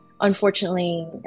unfortunately